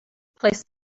placed